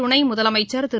துணை முதலமைச்சா் திரு